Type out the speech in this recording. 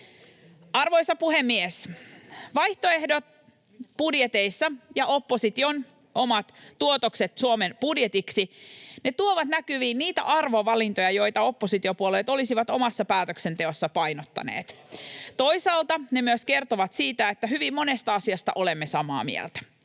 Arvoisa puhemies! Vaihtoehdot budjeteissa ja opposition omat tuotokset Suomen budjetiksi tuovat näkyviin niitä arvovalintoja, joita oppositiopuolueet olisivat omassa päätöksenteossaan painottaneet. Toisaalta ne myös kertovat siitä, että hyvin monesta asiasta olemme samaa mieltä.